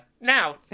Now